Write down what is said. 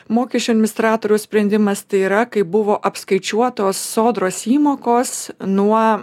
mokesčių administratoriaus sprendimas tai yra kai buvo apskaičiuotos sodros įmokos nuo